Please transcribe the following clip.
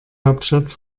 hauptstadt